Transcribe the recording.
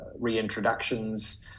reintroductions